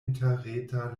interreta